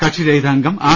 കക്ഷിരഹിത അംഗം ആർ